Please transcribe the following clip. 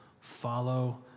follow